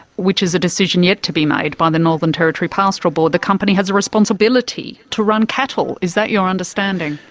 which is a decision yet to be made by the northern territory pastoral board, the company has a responsible to run cattle. is that your understanding?